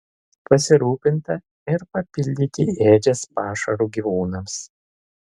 pasirūpinta ir papildyti ėdžias pašaru gyvūnams